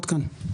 עד כאן.